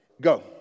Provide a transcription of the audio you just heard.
go